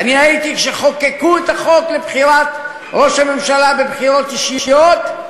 ואני הייתי כשחוקקו את החוק לבחירת ראש הממשלה בבחירות אישיות,